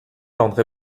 andré